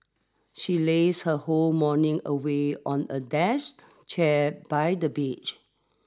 she lazed her whole morning away on a dash chair by the beach